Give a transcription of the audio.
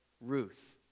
Ruth